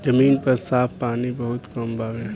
जमीन पर साफ पानी बहुत कम बावे